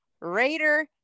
Raider